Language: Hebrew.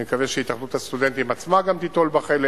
ואני מקווה שהתאחדות הסטודנטים עצמה גם תיטול בה חלק